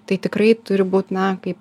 tai tikrai turi būt na kaip